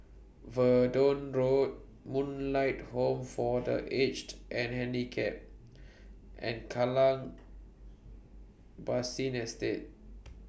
Verdun Road Moonlight Home For The Aged and Handicapped and Kallang Basin Estate